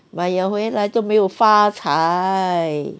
买 liao 回来都没有发财